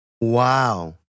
Wow